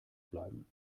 bleiben